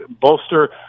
bolster